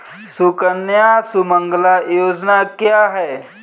सुकन्या सुमंगला योजना क्या है?